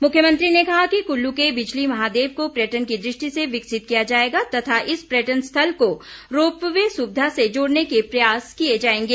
मुख्यमंत्री कहा कि कुल्लू के बिजली महादेव को पर्यटन की दृष्टि से विकसित किया जाएगा तथा इस पर्यटन स्थल को रोपवे सुविधा से जोड़ने के प्रयास किए जाएंगे